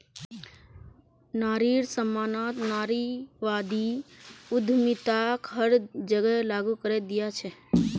नारिर सम्मानत नारीवादी उद्यमिताक हर जगह लागू करे दिया छेक